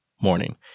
morning